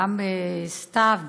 גם סתיו,